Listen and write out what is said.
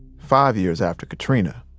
five years after katrina.